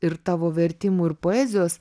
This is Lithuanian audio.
ir tavo vertimų ir poezijos